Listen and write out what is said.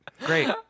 Great